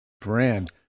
Brand